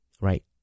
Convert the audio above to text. right